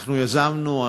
אנחנו יזמנו,